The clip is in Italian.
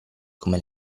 come